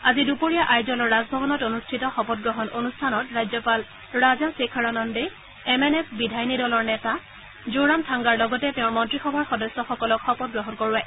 আজি দুপৰীয়া আইজলৰ ৰাজভৱনত অনুষ্ঠিত শপতগ্ৰহণ অনুষ্ঠানত ৰাজ্যপাল ৰাজাধেখৰানন্দে এম এন এফ বিধায়িনী দলৰ নেতা জোৰামথাংগাৰ লগতে তেওঁৰ মন্ত্ৰীসভাৰ সদস্যসকলক শপত গ্ৰহণ কৰোৱায়